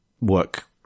work